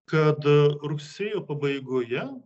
kad rugsėjo pabaigoje